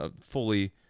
fully